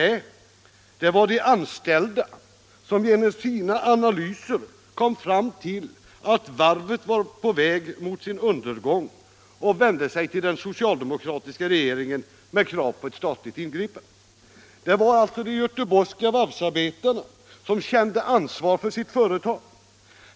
Nej, det var de anställda som genom sina analyser kom fram till att varvet var på väg mot sin undergång och vände sig till den socialdemokratiska regeringen med krav på ett statligt ingripande. Det var alltså de göteborgska varvsarbetarna som kände ansvar för sitt företag.